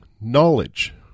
knowledge